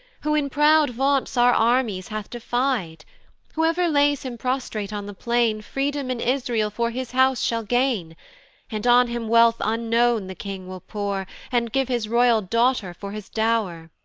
who in proud vaunts our armies hath defy'd whoever lays him prostrate on the plain, freedom in israel for his house shall gain and on him wealth unknown the king will pour, and give his royal daughter for his dow'r.